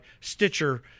stitcher